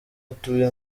atuye